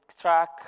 track